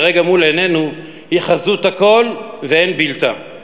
כרגע מול עינינו היא חזות הכול ואין בלתה,